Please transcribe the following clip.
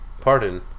pardon